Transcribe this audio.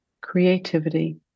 creativity